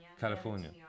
California